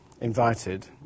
invited